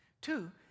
Two